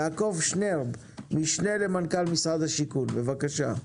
יעקב שנרב, משנה למנכ"ל משרד השיכון, בבקשה.